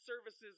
services